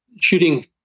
shooting